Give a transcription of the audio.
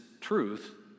truth